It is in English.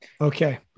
Okay